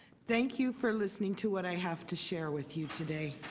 thank you for listening to what i have to share with you today.